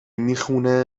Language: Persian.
میخونه